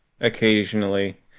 occasionally